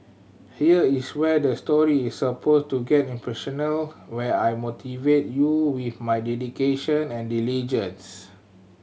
here is where the story is suppose to get inspirational where I motivate you with my dedication and diligence